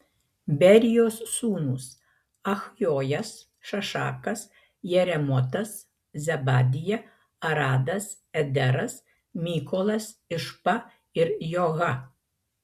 berijos sūnūs achjojas šašakas jeremotas zebadija aradas ederas mykolas išpa ir joha